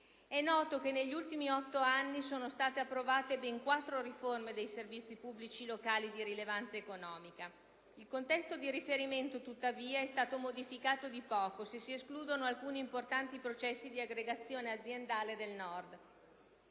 È noto che negli ultimi otto anni sono state approvate ben quattro riforme dei servizi pubblici locali di rilevanza economica. Il contesto di riferimento, tuttavia, è stato modificato di poco, se si escludono alcuni importanti processi di aggregazione aziendale del Nord.